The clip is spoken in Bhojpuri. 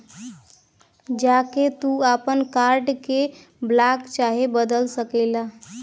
जा के तू आपन कार्ड के ब्लाक चाहे बदल सकेला